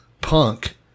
punk